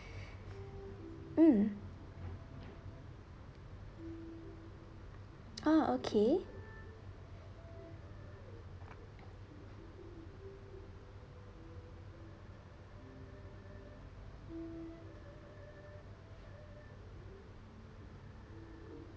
mm oh okay